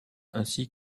ainsi